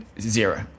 zero